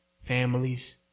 families